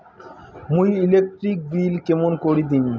মুই electric bill কেমন করি দিম?